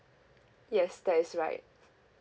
yes that is right